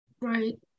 Right